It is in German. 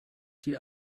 die